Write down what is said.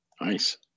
Nice